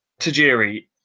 Tajiri